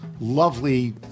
lovely